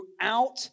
throughout